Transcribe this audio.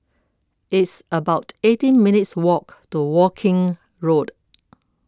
it's about eighteen minutes' walk to Woking Road